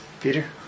Peter